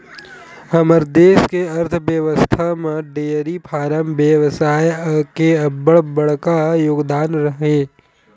हमर देस के अर्थबेवस्था म डेयरी फारम बेवसाय के अब्बड़ बड़का योगदान हे